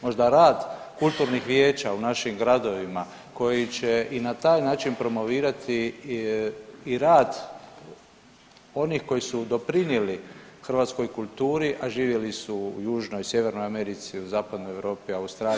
Možda rad kulturnih vijeća u našim gradovima koji će i na taj način promovirati i rad onih koji su doprinijeli hrvatskoj kulturi, a živjeli su u južnoj, sjevernoj Americi, u zapadnoj Europi, Australiji.